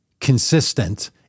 consistent